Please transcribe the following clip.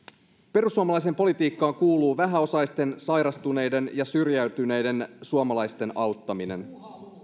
perussuomalaiseen politiikkaan kuuluu vähäosaisten sairastuneiden ja syrjäytyneiden suomalaisten auttaminen